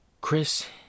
Chris